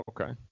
Okay